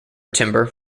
timber